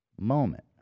moment